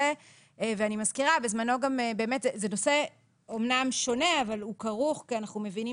ואני מזכירה שזה נושא אמנם שונה אבל הוא כרוך כי אנחנו מבינים